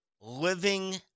living